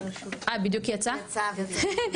כיון שהיא יצאה רגע,